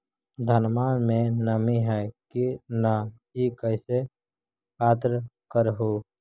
धनमा मे नमी है की न ई कैसे पात्र कर हू?